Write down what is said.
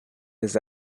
his